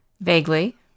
Vaguely